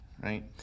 right